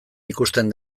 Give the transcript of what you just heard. ikusten